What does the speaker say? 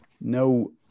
no